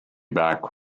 back